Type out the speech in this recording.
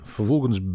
Vervolgens